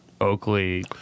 Oakley